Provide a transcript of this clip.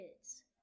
kids